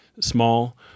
small